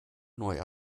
neue